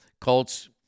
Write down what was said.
Colts